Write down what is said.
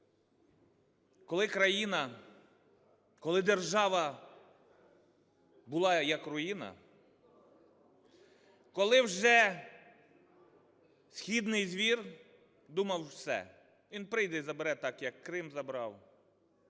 Коли країна, коли держава була, як руїна, коли вже східний звір думав: все, він прийде - і забере, так, як Крим забрав;